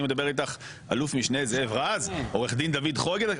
אני מדבר איתך על אל"מ זאב רז, עו"ד דוד חודק.